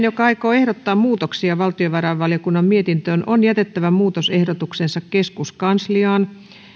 joka aikoo ehdottaa muutoksia valtiovarainvaliokunnan mietintöön on jätettävä muutosehdotuksensa keskuskansliaan